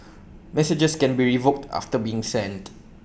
messages can be revoked after being sent